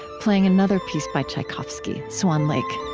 playing another piece by tchaikovsky, swan lake.